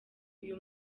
uyu